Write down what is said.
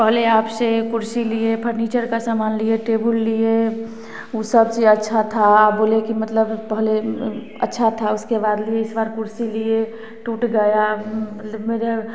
पहले आपसे कुर्सी लिए फर्नीचर का सामान लिए टेबुल लिए ऊ सब से अच्छा था अब बोले कि मतलब पहले अच्छा था उसके बाद लिए इस बार कुर्सी लिए टूट गया मेरे